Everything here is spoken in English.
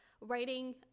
writing